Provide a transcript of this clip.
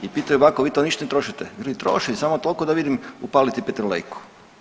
I pitaju bako vi to niš ne trošite, veli trošim samo toliko da vidim upaliti petrolejku.